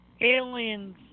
aliens